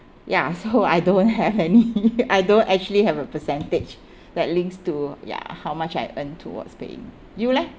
ya so I don't have any I don't actually have a percentage that links to ya how much I earn towards paying you leh